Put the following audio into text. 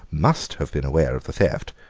must have been aware of the theft,